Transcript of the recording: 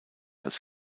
als